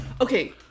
Okay